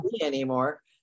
anymore